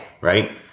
Right